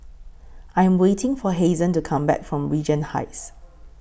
I Am waiting For Hazen to Come Back from Regent Heights